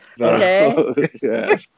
Okay